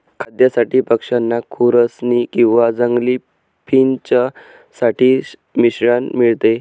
खाद्यासाठी पक्षांना खुरसनी किंवा जंगली फिंच साठी मिश्रण मिळते